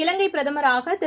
இலங்கைப் பிரதமராகதிரு